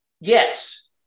yes